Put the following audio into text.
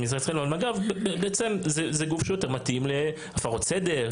אבל מג"ב בעצם זה גוף שהוא יותר מתאים להפרות סדר,